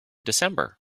december